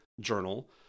journal